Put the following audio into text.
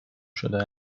شده